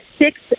six